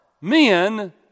men